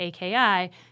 AKI